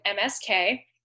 MSK